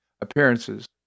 appearances